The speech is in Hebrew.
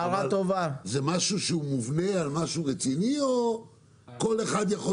זה משהו שהוא מובנה על משהו רציני או כל אחד יכול